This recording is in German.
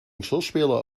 geschirrspüler